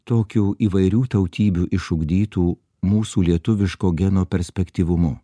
tokiu įvairių tautybių išugdytų mūsų lietuviško geno perspektyvumu